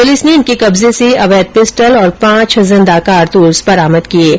police ने इनके कब्जे से अवैध पिस्टल और पांच जिन्दा कारतूस बरामद किये है